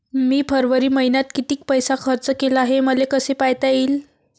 मी फरवरी मईन्यात कितीक पैसा खर्च केला, हे मले कसे पायता येईल?